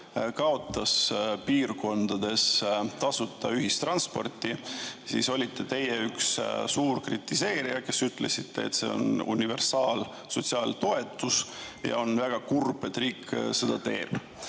kaotas piirkondades tasuta ühistranspordi, siis olite teie üks suur kritiseerija, te ütlesite, et see on universaalne sotsiaaltoetus ja on väga kurb, et riik seda teeb.